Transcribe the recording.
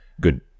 good